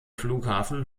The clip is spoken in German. flughafen